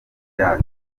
that